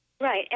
Right